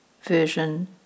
version